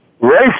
race